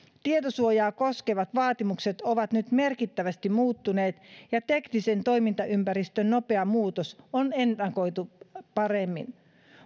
tietosuojaa koskevat vaatimukset ovat nyt merkittävästi muuttuneet ja teknisen toimintaympäristön nopea muutos on ennakoitu paremmin